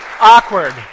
awkward